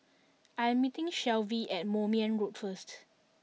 I am meeting Shelvie at Moulmein Road first